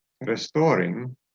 restoring